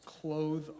clothe